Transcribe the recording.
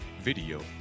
video